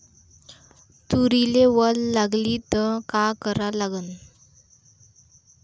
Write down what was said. तुरीले वल लागली त का करा लागन?